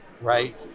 right